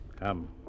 Come